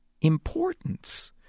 importance